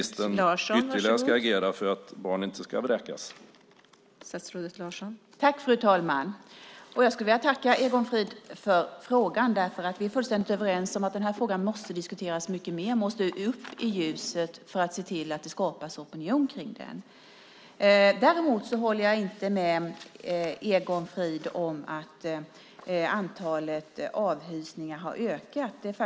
Fru talman! Jag skulle vilja tacka Egon Frid för frågan. Vi är fullständigt överens om att den här frågan måste diskuteras mycket mer. Den måste upp i ljuset, och vi måste se till att det skapas opinion kring den. Däremot håller jag inte med Egon Frid om att antalet avhysningar har ökat.